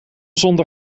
zonder